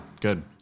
good